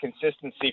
consistency